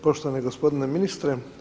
Poštovani gospodine ministre.